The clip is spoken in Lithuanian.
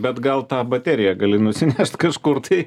bet gal tą bateriją gali nusinešt kažkur tai